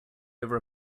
over